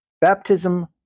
Baptism